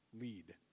lead